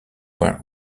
were